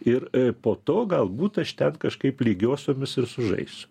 ir po to galbūt aš ten kažkaip lygiosiomis ir sužaisiu